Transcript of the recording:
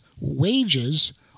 wages